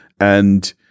And-